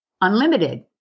unlimited